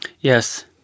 Yes